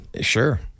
Sure